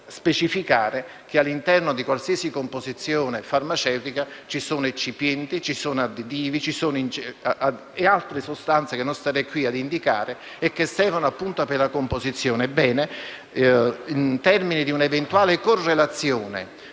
senza specificare che all'interno di qualsiasi composizione farmaceutica ci sono eccipienti, additivi e altre sostanze, che non starei qui ad indicare e che sono necessari per la loro produzione.